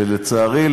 ולצערי,